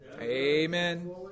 Amen